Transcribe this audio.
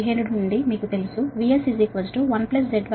సమీకరణం 15 నుండి మీకు తెలుసు VS1ZY2VRZIR సరేనా